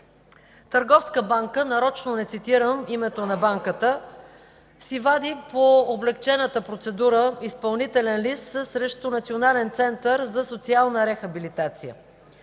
Търговска банка, нарочно не цитирам името на банката, си вади по облекчената процедура изпълнителен лист срещу Национален център за социална рехабилитация.